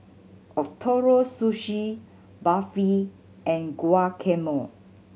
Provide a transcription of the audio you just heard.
Ootoro Sushi Barfi and Guacamole